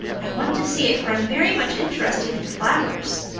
i want to see it, for i'm very much interested in flowers.